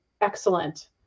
excellent